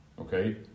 Okay